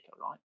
right